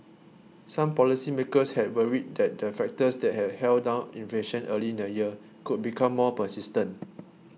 some policymakers had worried that the factors that had held down inflation early in the year could become more persistent